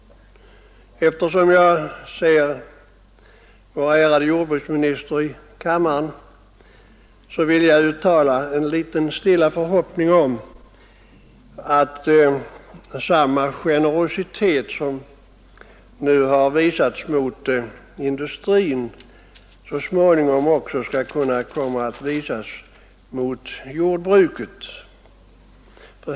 : Eftersom jag ser vår värderade jordbruksminister i kammaren vill jag uttala en stilla förhoppning om att samma generositet som nu har visats mot industrin så småningom också skall komma att visas mot jordbruket.